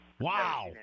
wow